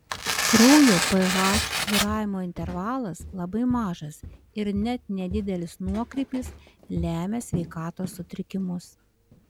kraujo ph svyravimo intervalas labai mažas ir net nedidelis nuokrypis lemia sveikatos sutrikimus